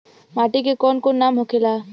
माटी के कौन कौन नाम होखे ला?